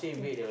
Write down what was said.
okay